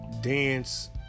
Dance